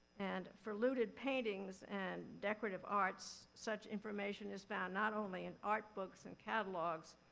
and for looted paintings and decorative arts, such information is found, not only in art books and catalogs